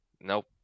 nope